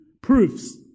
proofs